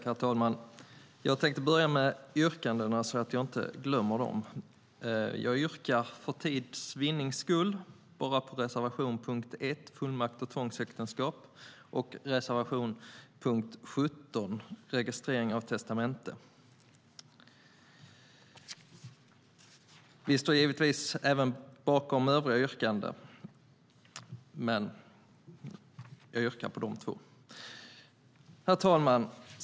Herr talman! Jag tänkte börja med yrkandena så att jag inte glömmer dem. Jag yrkar för tids vinnande bara på reservation 1 under punkt 1, Fullmakts och tvångsäktenskap, och på reservation 10 under punkt 17, Registrering av testamenten. Vi står givetvis bakom även övriga yrkanden, men jag yrkar bara på dessa två. Herr talman!